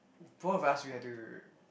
all of us we have to